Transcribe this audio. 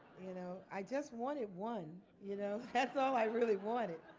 you know i just wanted one. you know that's all i really wanted.